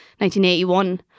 1981